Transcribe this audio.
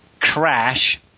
Crash